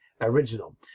original